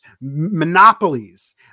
Monopolies